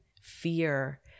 fear